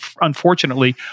unfortunately